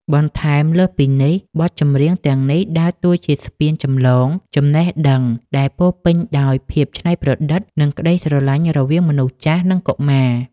បន្ថែមលើសពីនេះ បទចម្រៀងទាំងនេះដើរតួជាស្ពានចម្លងចំណេះដឹងដែលពោរពេញដោយភាពច្នៃប្រឌិត និងក្ដីស្រឡាញ់រវាងមនុស្សចាស់ និងកុមារ។